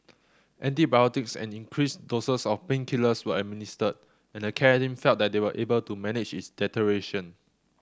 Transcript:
antibiotics and increased doses of painkillers were administered and the care team felt they were able to manage its deterioration